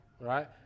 right